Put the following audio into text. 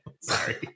Sorry